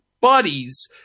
buddies –